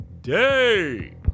day